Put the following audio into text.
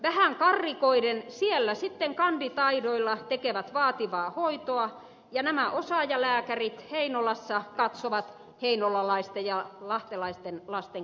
vähän karrikoiden siellä sitten kanditaidoilla tekevät vaativaa hoitoa ja nämä osaajalääkärit heinolassa katsovat heinolalaisten ja lahtelaisten lasten korvia terveyskeskuksessa